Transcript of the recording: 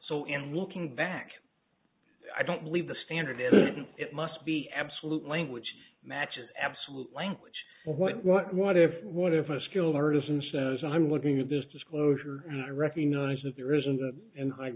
so and looking back i don't believe the standard is it must be absolute language matches absolute language what what what if what if a skilled artisan says i'm looking at this disclosure and i recognize that there isn't it and